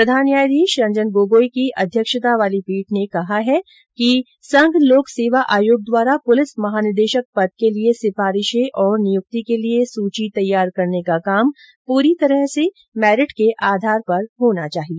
प्रधान न्यायाधीश रंजन गोगोई की अध्यक्षता वाली पीठ ने कहा है कि संघ लोक सेवा आयोग द्वारा पुलिस महानिदेशक पद के लिये सिफारिशें और नियुक्ति के लिये सूची तैयार करने का काम पूरी तरह से मेरिट के आधार पर होना चाहिए